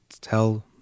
tell